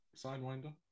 sidewinder